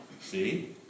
see